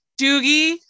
doogie